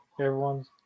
Everyone's